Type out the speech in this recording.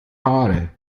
haare